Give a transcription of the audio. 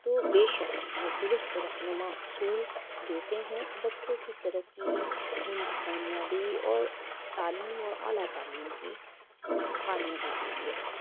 تو بے شک یہ درست رہنما اصول دیتے ہیں بچوں کی ترقی اُن کی کامیابی اور تعلیم اور اعلیٰ تعلیم کی کامیابی کے لیے